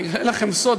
אני אגלה לכם סוד,